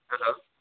hello